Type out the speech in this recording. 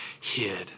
hid